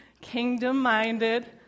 kingdom-minded